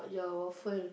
ya waffle